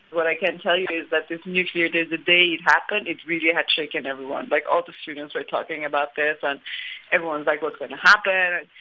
what i can tell you is that this nuclear deal the day it happened, it really had shaken everyone. like, all the students are talking about this, and everyone's like, what's going to happen?